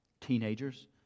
Teenagers